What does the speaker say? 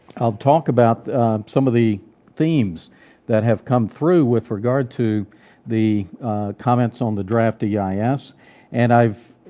i'll talk about some of the themes that have come through with regard to the comments on the draft yeah ah eis, and i've